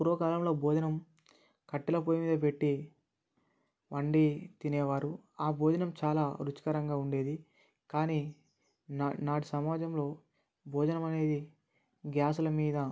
పూర్వకాలంలో భోజనం కట్టెల పొయ్యి మీద పెట్టి వండి తినేవారు ఆ భోజనం చాలా రుచికరంగా ఉండేది కానీ నాటి నాటి సమాజంలో భోజనం అనేది గ్యాస్ల మీద